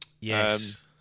Yes